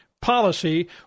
policy